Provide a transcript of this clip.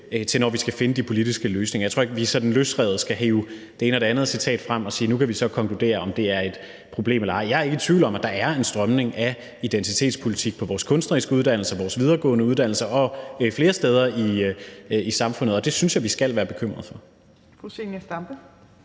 til når vi skal finde de politiske løsninger. Jeg tror ikke, at vi sådan løsrevet skal hive det ene og det andet citat frem og sige, at nu kan vi så konkludere, om det er et problem eller ej. Jeg er ikke i tvivl om, at der er en strømning af identitetspolitik på vores kunstneriske uddannelser, vores videregående uddannelser og flere steder i samfundet, og det synes jeg vi skal være bekymret for.